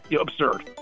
absurd